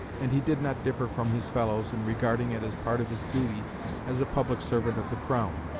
and he did not differ from his fellows in regarding it as part of his duty as a public servant of the crown.